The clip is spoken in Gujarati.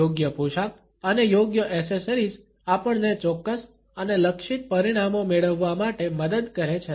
યોગ્ય પોશાક અને યોગ્ય એસેસરીઝ આપણને ચોક્કસ અને લક્ષિત પરિણામો મેળવવા માટે મદદ કરે છે